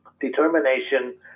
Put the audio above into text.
determination